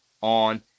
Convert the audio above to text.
on